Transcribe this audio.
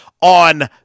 on